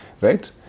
right